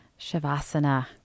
Shavasana